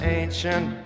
ancient